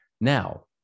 Now